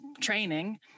training